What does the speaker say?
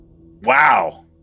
Wow